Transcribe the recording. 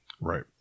Right